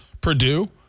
Purdue